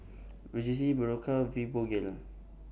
Vagisil Berocca Fibogel